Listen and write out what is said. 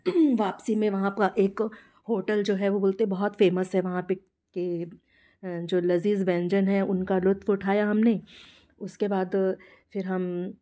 वापसी में वहाँ का एक होटल जो है वो बोलते बहुत फ़ेमस है वहाँ पर कि जो लजीज़ व्यंजन हैं उनका लुत्फ़ उठाया हमने उसके बाद फिर हम